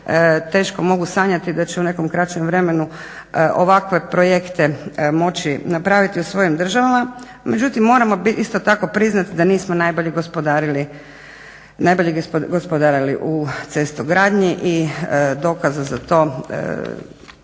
teško mogu sanjati da će u nekom kraćem vremenu ovakve projekte moći napraviti u svojim državama. Međutim moramo isto tako priznati da nismo najbolje gospodarili u cestogradnji i dokaza za to ima